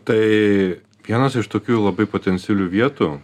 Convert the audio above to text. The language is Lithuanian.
tai vienas iš tokių labai potencialių vietų